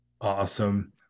awesome